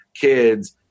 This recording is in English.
kids